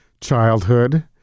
childhood